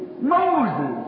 Moses